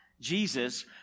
Jesus